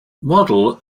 model